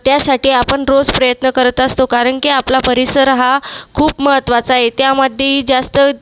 त्यासाठी आपण रोज प्रयत्न करत असतो कारण की आपला परिसर हा खूप महत्त्वाचा आहे त्यामध्ये जास्त